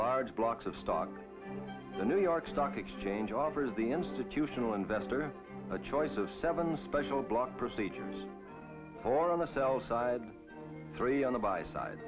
large blocks of stock the new york stock exchange offers the institutional investor a choice of seven special block procedures or on the sell side three on the by side